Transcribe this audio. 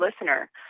listener